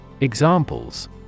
Examples